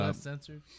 censored